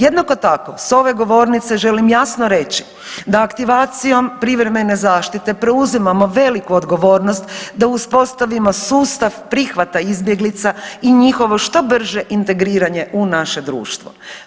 Jednako tako s ove govornice želim jasno reći da aktivacijom privremene zaštite preuzimamo veliku odgovornost da uspostavimo sustav prihvata izbjeglica i njihovo što brže integriranje u naše društvo.